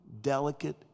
delicate